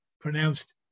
pronounced